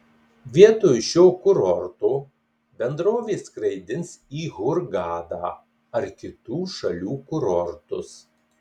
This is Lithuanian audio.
vietoj šio kurorto bendrovė skraidins į hurgadą ar kitų šalių kurortus